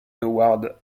howard